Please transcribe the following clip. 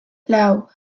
lau